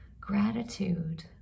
gratitude